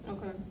Okay